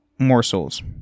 Morsels